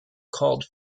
called